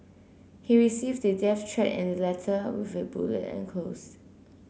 he received a death threat in the letter with a bullet enclosed